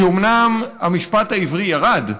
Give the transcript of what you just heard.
כי אומנם המשפט העברי ירד,